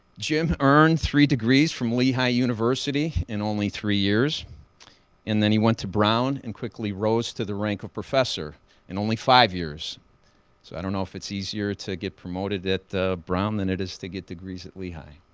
jim earned three degrees from lehigh university in only three years and then he went to brown and quickly rose to the rank of professor in only five years, so i don't know if it's easier to get promoted at brown than it is to get degrees at lehigh.